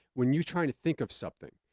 when you're trying to think of something,